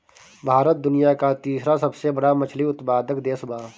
भारत दुनिया का तीसरा सबसे बड़ा मछली उत्पादक देश बा